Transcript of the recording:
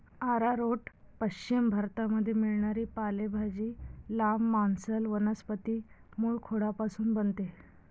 arrowroot पश्चिम भारतामध्ये मिळणारी पालेभाजी, लांब, मांसल वनस्पती मूळखोडापासून बनते